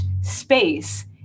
space